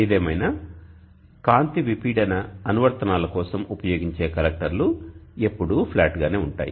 ఏదేమైనా కాంతివిపీడన అనువర్తనాల కోసం ఉపయోగించే కలెక్టర్లు ఎప్పుడూ ఫ్లాట్గానే ఉంటాయి